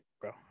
bro